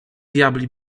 diabli